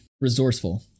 resourceful